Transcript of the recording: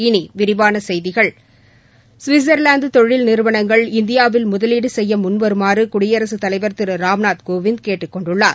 இனி விரிவான செய்திகள் ஸ்விட்சர்லாந்து தொழில் நிறுவனங்கள் இந்தியாவில் முதலீடு செய்ய முன்வருமாறு குடியரசுத் தலைவர் திரு ராம்நாத் கோவிந்த் கேட்டுக் கொண்டுள்ளார்